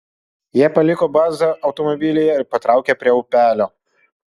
jie paliko bazą automobilyje ir patraukė prie upelio